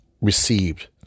received